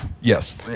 Yes